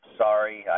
sorry